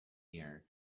year